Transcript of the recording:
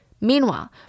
meanwhile